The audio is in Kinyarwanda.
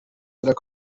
ubundi